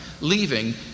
leaving